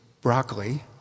broccoli